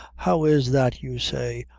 how is that, you say?